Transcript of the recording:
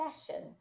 session